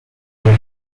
will